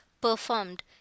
performed